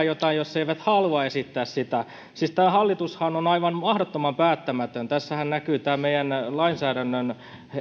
jotain jos ei halua esittää sitä siis tämä hallitushan on aivan mahdottoman päättämätön tässähän näkyy tämä meidän lainsäädännön